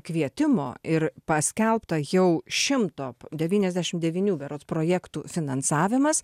kvietimo ir paskelbta jau šimto devyniasdešim devynių berods projektų finansavimas